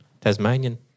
Tasmanian